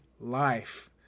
life